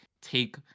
take